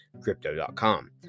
Crypto.com